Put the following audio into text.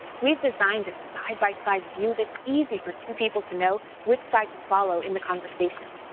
we've designed a side-by-side view that's easy for two people to know which side to follow in the conversation.